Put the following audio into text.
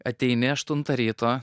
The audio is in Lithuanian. ateini aštuntą ryto